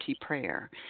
prayer